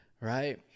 right